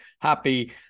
happy